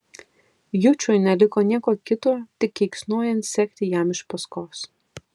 jučui neliko nieko kito tik keiksnojant sekti jam iš paskos